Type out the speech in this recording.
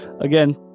again